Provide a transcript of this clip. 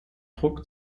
druck